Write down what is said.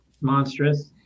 Monstrous